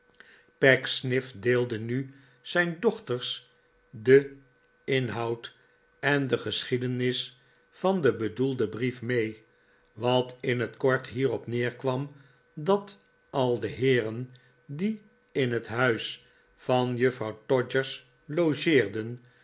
pecksniff deelde nu zijn dochters den inhoud en de geschiedenis van den bedoelden brief mee wat in het kort hierop neerkwam dat al de heeren die in het huis van juffrouw todgers logeerden